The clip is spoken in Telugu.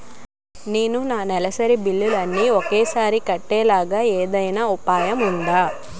నేను నా నెలసరి బిల్లులు అన్ని ఒకేసారి కట్టేలాగా ఏమైనా ఉపాయం ఉందా?